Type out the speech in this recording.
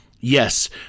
Yes